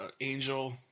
Angel